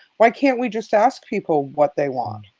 why can't we just ask people what they want,